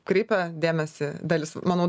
kreipia dėmesį dalis manau